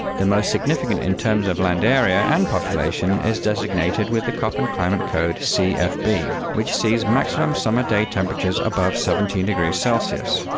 the most significant in terms of land area and population is designated with the koppen climate code cfb, which sees maximum summer day temperatures above seventeen degrees celsius.